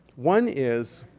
one is